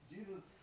Jesus